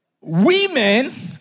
Women